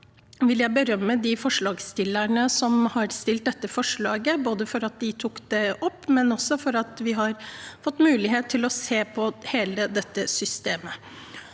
jeg berømme forslagsstillerne for dette forslaget, både for at de tok det opp, og også for at vi har fått mulighet til å se på hele systemet.